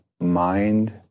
mind